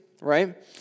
right